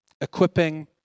equipping